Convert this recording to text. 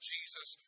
Jesus